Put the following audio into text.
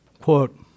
quote